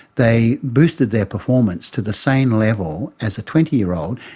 they boosted their performance to the same level as a twenty year old.